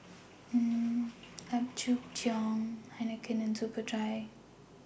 Apgujeong Heinekein and Superdry